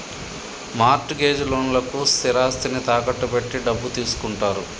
mart gauge లోన్లకు స్థిరాస్తిని తాకట్టు పెట్టి డబ్బు తీసుకుంటారు